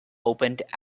opened